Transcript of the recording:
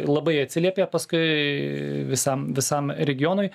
labai atsiliepė paskui visam visam regionui